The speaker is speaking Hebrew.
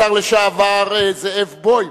השר לשעבר זאב בוים,